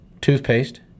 toothpaste